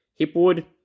Hipwood